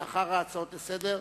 לאחר ההצעות לסדר-היום,